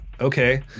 Okay